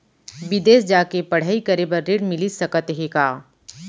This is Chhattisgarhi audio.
बिदेस जाके पढ़ई करे बर ऋण मिलिस सकत हे का?